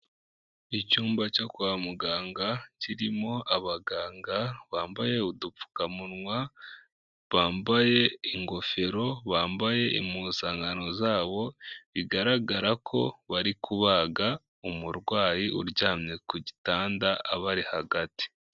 Icyumba cyo kwa muganga kirimo abaganga bambaye udupfukamunwa, bambaye ingofero, bambaye impuzankano zabo, bigaragara ko bari kubaga umurwayi uryamye ku gitanda abari hagati.